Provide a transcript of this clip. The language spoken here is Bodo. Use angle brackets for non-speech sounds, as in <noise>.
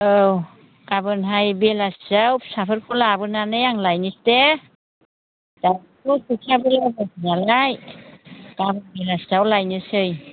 औ गाबोनहाय बेलासियाव फिसाफोरखौ लाबोनानै आं लायनोसै दे <unintelligible> नालाय गाबोन बेलासियाव लायनोसै